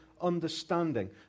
understanding